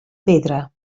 pedra